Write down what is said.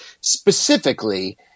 specifically